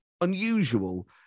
unusual